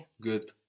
Good